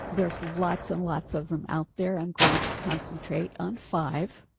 there's lots and lots of them out there. i'm going to concentrate on five